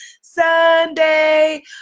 Sunday